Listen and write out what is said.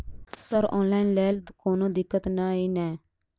Sir online लैल कोनो दिक्कत न ई नै?